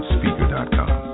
Speaker.com